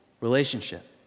Relationship